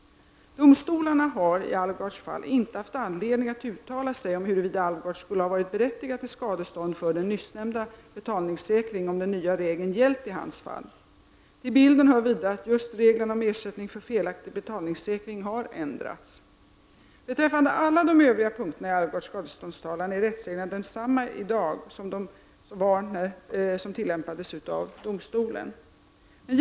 Domstolarna har i Halvar Alvgards fall inte haft anledning att uttala sig om huruvida han skulle ha varit berättigad till skadestånd för den nyss nämnda betalningssäkringen, om den nya regeln gällt i hans fall. Till bilden hör vidare att just regeln om felaktig betalningssäkring har ändrats. Beträffande alla övriga punkter i Halvar Alvgards skadeståndstalan är rättsreglerna desamma i dag som de regler som tillämpades av domstolen.